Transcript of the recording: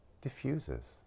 diffuses